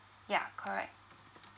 ya correct